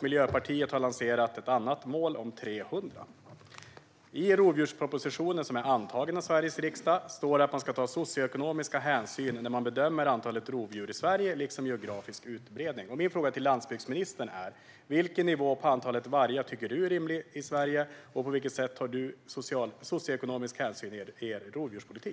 Miljöpartiet har lanserat ett annat mål på 300. I rovdjurspropositionen, som är antagen av Sveriges riksdag, står det att man ska ta socioekonomiska hänsyn när man bedömer antalet rovdjur i Sverige, liksom hänsyn till geografisk utbredning. Min fråga till landsbygdsministern är: Vilken nivå för antalet vargar i Sverige tycker du är rimlig, och på vilket sätt tar du socioekonomisk hänsyn i er rovdjurspolitik?